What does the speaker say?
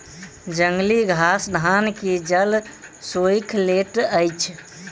जंगली घास धान के जल सोइख लैत अछि